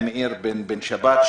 עם יאיר בן שבת,